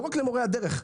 לא רק למורי הדרך,